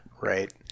right